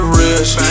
rich